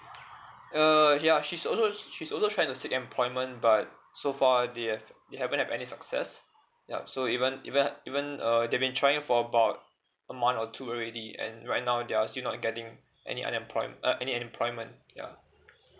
err ya she's also she's also trying to seek employment but so far they've they haven't have any success yup so even even even uh they've been trying for about a month or two already and right now they're still not getting any unemployed uh any employment ya